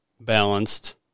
balanced